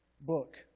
book